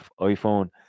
iPhone